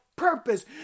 Purpose